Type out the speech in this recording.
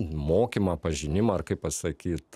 mokymą pažinimą ar kaip pasakyt